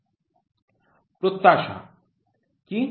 f প্রত্যাশা কি